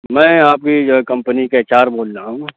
میں آپ کی جو ہے کمپنی کا ایچ آر بول رہا ہوں